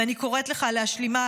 ואני קוראת לך להשלימה,